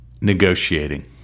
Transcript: Negotiating